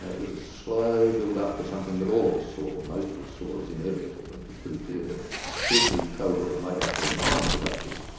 it was a slow build-up to something that all of us saw, most of us saw as inevitable. it was pretty clear that bush and his cohort had made up their minds about this.